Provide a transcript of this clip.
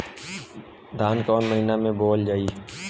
धान कवन महिना में बोवल जाई?